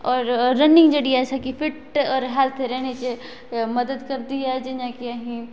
और रन्निंग जेहड़ी ऐ असेंगी फिट ते हैल्थी रैहने च मदद करदी ऐ जियां कि